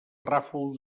ràfol